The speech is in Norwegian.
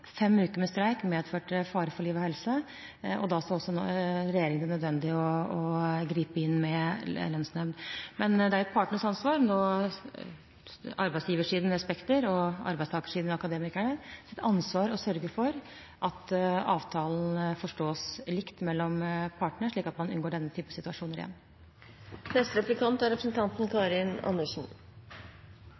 Fem uker med streik medførte fare for liv og helse. Da så regjeringen det nødvendig å gripe inn med lønnsnemnd. Men det er partenes ansvar – arbeidsgiversiden er Spekter, og arbeidstakersiden er Akademikerne – å sørge for at avtalen forstås likt mellom partene, slik at man unngår denne typen situasjon igjen. Jeg tror alle er